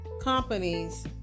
companies